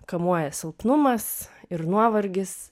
kamuoja silpnumas ir nuovargis